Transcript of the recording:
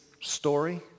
story